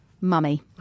mummy